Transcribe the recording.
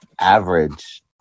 average